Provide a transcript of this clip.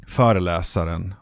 föreläsaren